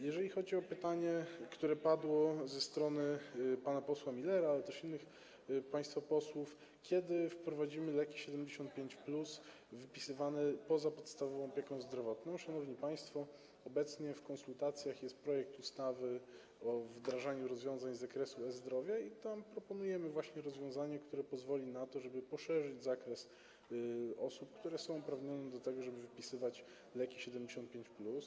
Jeżeli chodzi o pytanie, które padło ze strony pana posła Millera, ale też innych państwa posłów, kiedy wprowadzimy leki 75+ wypisywane poza podstawową opieką zdrowotną, to, szanowni państwo, obecnie konsultowany jest projekt ustawy o wdrażaniu rozwiązań z zakresu ochrony zdrowia i tam proponujemy rozwiązanie, które pozwoli na to, żeby poszerzyć katalog osób, które są uprawnione do tego, żeby wypisywać leki 75+.